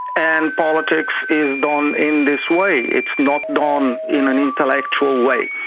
and politics is done in this way, it's not done um in an intellectual way.